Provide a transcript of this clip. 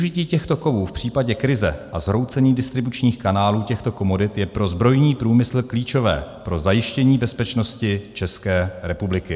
Využití těchto kovů v případě krize a zhroucení distribučních kanálů těchto komodit je pro zbrojní průmysl klíčové pro zajištění bezpečnosti České republiky.